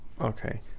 okay